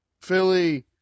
Philly